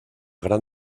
gran